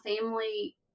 family